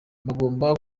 bagomba